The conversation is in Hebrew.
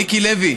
מיקי לוי,